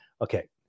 okay